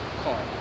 car